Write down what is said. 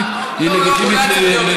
אולי זה לא היה צריך להיות,